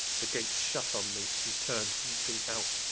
the gates shut on me, and turn'd weeping out,